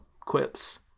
quips